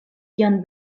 kion